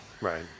Right